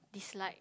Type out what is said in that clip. dislike